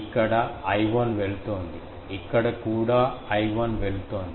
ఇక్కడ I1 వెళుతోంది ఇక్కడ కూడా I1 వెళుతోంది